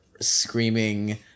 screaming